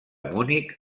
munic